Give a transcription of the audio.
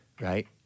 Right